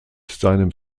seinem